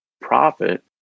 profit